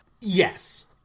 Yes